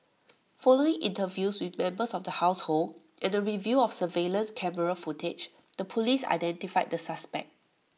following interviews with members of the household and A review of surveillance camera footage the Police identified the suspect